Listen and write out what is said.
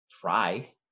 try